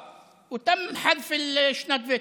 נכון, ונמחקו שנות הוותק,